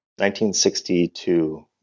1962